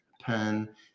pen